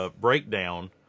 breakdown